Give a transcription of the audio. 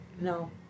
No